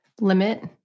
limit